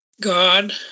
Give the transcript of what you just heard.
God